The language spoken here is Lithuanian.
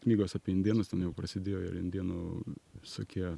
knygos apie indėnus ten jau prasidėjo ir indėnų visokie